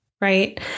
right